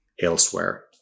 elsewhere